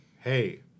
hey